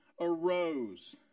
arose